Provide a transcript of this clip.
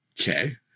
Okay